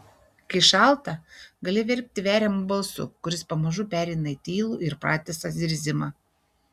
kai šalta gali verkti veriamu balsu kuris pamažu pereina į tylų ir pratisą zirzimą